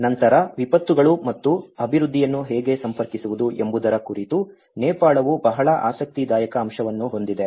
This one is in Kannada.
ನಂತರ ವಿಪತ್ತುಗಳು ಮತ್ತು ಅಭಿವೃದ್ಧಿಯನ್ನು ಹೇಗೆ ಸಂಪರ್ಕಿಸುವುದು ಎಂಬುದರ ಕುರಿತು ನೇಪಾಳವು ಬಹಳ ಆಸಕ್ತಿದಾಯಕ ಅಂಶವನ್ನು ಹೊಂದಿದೆ